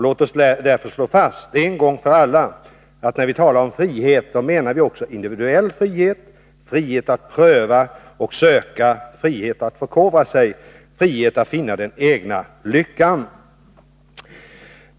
Låt oss därför slå fast, en gång för alla, att när vi talar om frihet menar vi också individuell frihet, frihet att pröva och söka, frihet att förkovra sig, frihet att finna den egna lyckan.